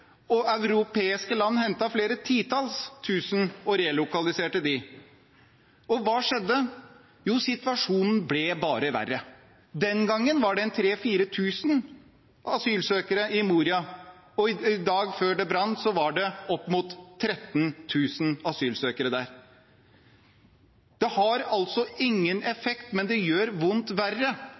og europeiske land hentet flere titalls tusen og relokaliserte dem. Hva skjedde? Jo, situasjonen ble bare verre. Den gangen var det 3 000–4 000 asylsøkere i Moria, og i dag, før det brant, var det opp mot 13 000 asylsøkere der. Det har altså ingen effekt, men det gjør vondt verre